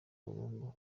burundu